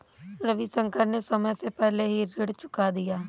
रविशंकर ने समय से पहले ही ऋण चुका दिया